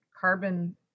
carbon